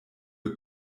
ihr